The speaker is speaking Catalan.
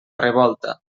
revolta